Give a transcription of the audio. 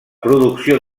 producció